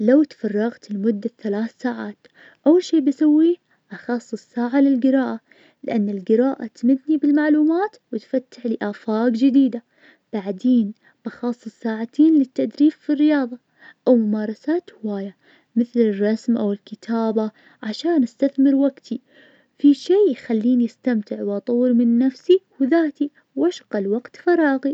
والله أفضلك اقعد عالأريكة, لان فيها راحة, وتخلي الجعدة مريحة, كمان أحب أستقبل الضيوف عليها, بحيث نقدر نسولف ونتناقش ونضحك مع بعض بشكل مريح, الجلوس على الأرض يكون زين بس مع الأصحاب, بس الأريكة تعطيك إحساس أفضل بالراحة الهدوء, و تكون مرتاح, لكن على الأرض تكون متضايق وما تقدر ترتاح.